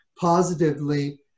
positively